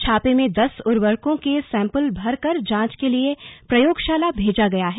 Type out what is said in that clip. छापे में दस उर्वरकों के सैंपल भरकर जांच के लिए प्रयोगशाला भेजा गया है